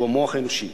שהוא המוח האנושי.